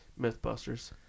Mythbusters